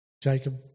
Jacob